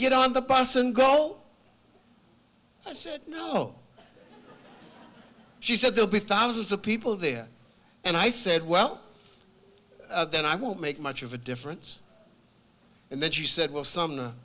get on the bus and girl i said oh she said they'll be thousands of people there and i said well then i won't make much of a difference and then she said well some